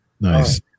nice